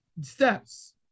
steps